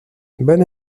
bonne